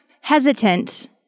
hesitant